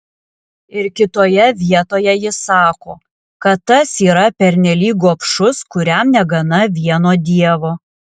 ir kitoje vietoje jis sako kad tas yra pernelyg gobšus kuriam negana vieno dievo